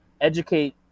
educate